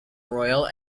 royal